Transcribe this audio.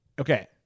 Okay